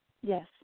Yes